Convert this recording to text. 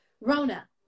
Rona